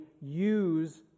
use